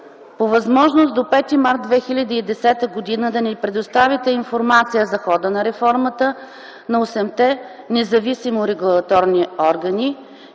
по възможност до 5 март 2010 г. да ни предоставите информация за хода на реформата на осемте независими регулаторни органи.